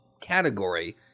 category –